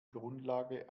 grundlage